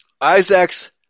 Isaac's